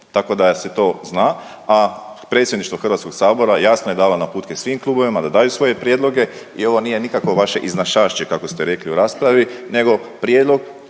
Tako da se to zna, a predsjedništvo Hrvatskog sabora jasno je dala naputke svim klubovima da daju svoje prijedloge i ovo nije nikakvo vaše iznašašće kako ste rekli u raspravi, nego prijedlog